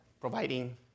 providing